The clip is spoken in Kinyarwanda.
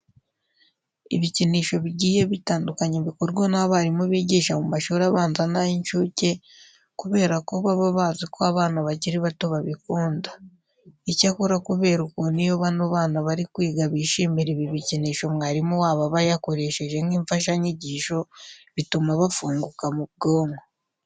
Ibikinisho bigiye bitandukanye bikorwa n'abarimu bigisha mu mashuri abanza n'ay'inshuke kubera ko baba bazi ko abana bakiri bato babikunda. Icyakora kubera ukuntu iyo bano bana bari kwiga bishimira ibi bikinisho mwarimu wabo aba yakoresheje nk'imfashanyigisho, bituma bafunguka mu bwonko.